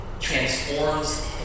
transforms